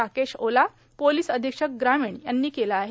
Rakesh Ola police अधीक्षक ग्रामीण यांनी केलं आहे